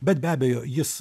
bet be abejo jis